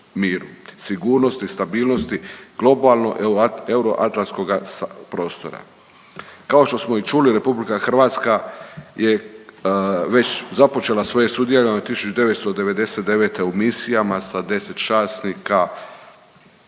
sigurnosti i stabilnosti globalno euroatlantskoga prostora. Kao što smo i čuli, RH je već započela svoje .../Govornik se ne razumije./... 1999. u misijama sa 10 časnika